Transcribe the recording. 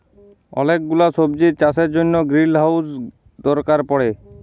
ওলেক গুলা সবজির চাষের জনহ গ্রিলহাউজ দরকার পড়ে